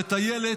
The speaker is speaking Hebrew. מטיילת,